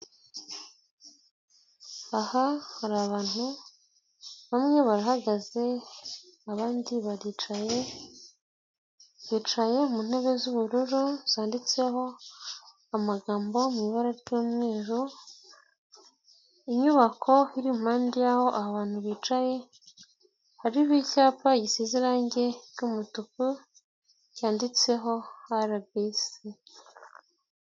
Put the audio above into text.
Aha hari abantu bamwe barahagaze abandi baricaye, bicaye mu ntebe z'ubururu zanditseho amagambo mu ibara ry'umweru, inyubako iri impande y'aho abantu bicaye hariho icyapa gisize irangi ry'umutuku cyanditseho RBC.